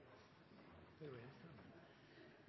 Per